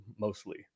mostly